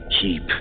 keep